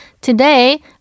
Today